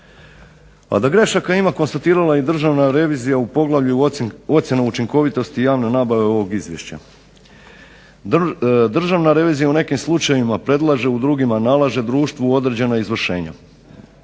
A da grešaka ima konstatirala je i Državna revizija u poglavlju ocjena učinkovitosti javne nabave ovog izvješća. Državna revizija u nekim slučajevima predlaže u drugima nalaže društvu određena izvršenja.